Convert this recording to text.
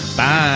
Bye